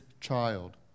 child